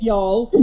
y'all